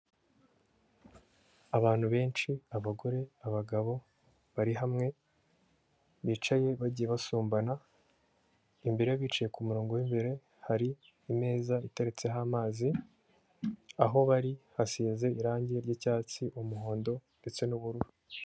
Abantu benshi abagore, abagabo, bari hamwe bicaye bagiye basumbana, imbere bicaye ku murongo w'imbere hari imeza iteretseho amazi aho bari hasize irangi ryicyatsi, umuhondo ndetse n'ubururu.